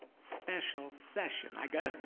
special session, i gotta,